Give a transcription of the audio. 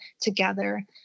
together